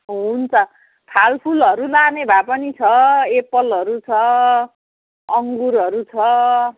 हुन्छ फलफुलहरू लाने भए पनि छ एप्पलहरू छ अङ्गुरहरू छ